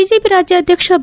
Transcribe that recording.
BJP ರಾಜ್ಯಾಧ್ಯಕ್ಷ B